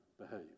behave